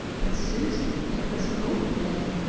but, susan, there was hope then,